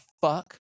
fuck